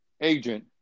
agent